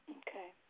okay